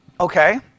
Okay